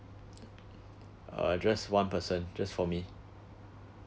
uh just one person just for me